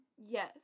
Yes